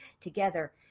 together